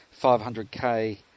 500K